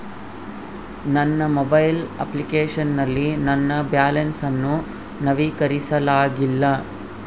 ನನ್ನ mobile application ನಲ್ಲಿ ನನ್ನ ಬ್ಯಾಲೆನ್ಸ್ ಅನ್ನು ನವೀಕರಿಸಲಾಗಿಲ್ಲ